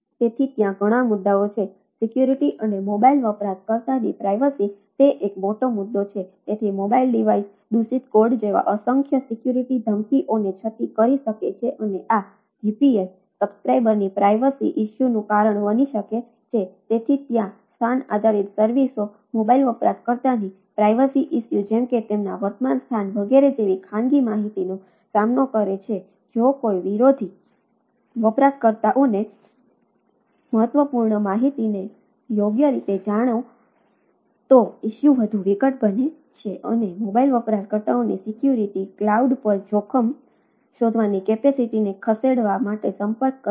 તેથી ત્યાં ઘણા મુદ્દાઓ છે સિક્યોરિટી અને મોબાઇલ વપરાશકર્તાની પ્રાઇવસી જેમ કે તેમના વર્તમાન સ્થાન વગેરે જેવી ખાનગી માહિતીનો સામનો કરે છે જો કોઈ વિરોધી વપરાશકર્તાઓને મહત્વપૂર્ણ માહિતીને યોગ્ય રીતે જાણે છે તો ઇસ્યુ ખસેડવા માટે સંપર્ક કરે છે